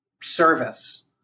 service